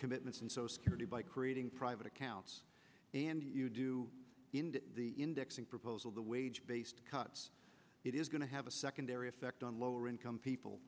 commitments and so security by creating private accounts and you do indexing proposal the wage based cuts it is going to have a secondary effect on lower income people